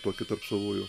tokį tarp savųjų